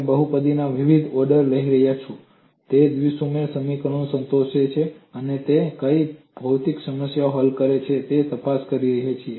તમે બહુપદીના વિવિધ ઓર્ડર લઈ શકો છો જે દ્વિ સુમેળ સમીકરણને સંતોષે છે અને તે કઈ ભૌતિક સમસ્યા હલ કરે છે તેની તપાસ કરી શકે છે